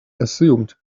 assumed